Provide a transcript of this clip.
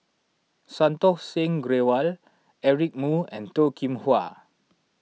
Santokh Singh Grewal Eric Moo and Toh Kim Hwa